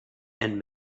and